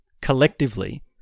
collectively